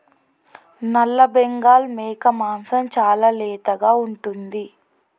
నల్లబెంగాల్ మేక మాంసం చాలా లేతగా ఉంటుంది